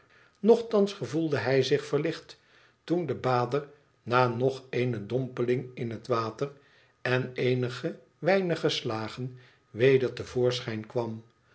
nochtans gevoelde hij zich verlicht toen de bader na nog eene dompeling in het water en eenige weinige slagen weder te voorschijn kwam